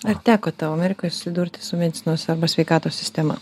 ar teko tau amerikoj susidurti su medicinos arba sveikatos sistema